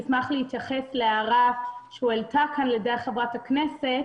אני אשמח להתייחס להערה שהועלתה כאן על ידי חברת הכנסת